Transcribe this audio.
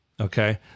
Okay